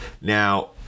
Now